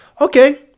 Okay